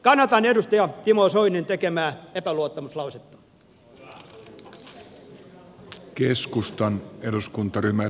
kannatan edustaja timo soinin tekemää epäluottamuslausetta